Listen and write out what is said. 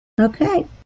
Okay